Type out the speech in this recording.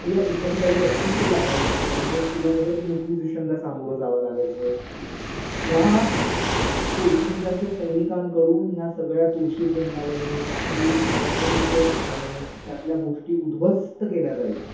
व या एखादी बाई लपून ते लावायची आणि मग तिला परत इनइक्विझिशनला सामोरं जावं लागायचं ह्या पोर्तुगीजांच्या सैनिकांकडून ह्या सगळ्या तुळशी वृंदावनं आपली पवित्र स्थानं त्यातल्या गोष्टी उद्ध्वस्त केल्या जायच्या